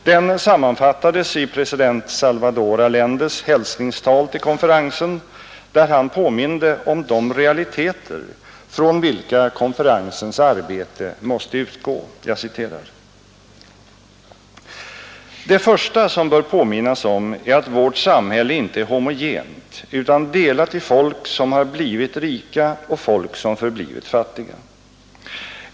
Den sammanfattades i president Salvador Allendes hälsningstal till konferensen, där han påminde om de realiteter från vilka konferensens arbete måste utgå: ”Det första som bör påminnas om är att vårt samhälle inte är homogent, utan delat i folk som har blivit rika och folk som förblivit fattiga.